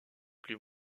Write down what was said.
plus